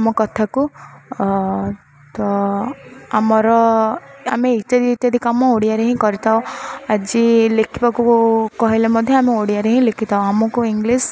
ଆମ କଥାକୁ ତ ଆମର ଆମେ ଇତ୍ୟାଦି ଇତ୍ୟାଦି କାମ ଓଡ଼ିଆରେ ହିଁ କରିଥାଉ ଆଜି ଲେଖିବାକୁ କହିଲେ ମଧ୍ୟ ଆମେ ଓଡ଼ିଆରେ ହିଁ ଲେଖିଥାଉ ଆମକୁ ଇଂଲିଶ